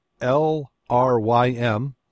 LRYM